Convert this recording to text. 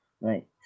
Right